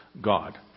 God